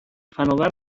فناور